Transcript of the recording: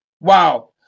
Wow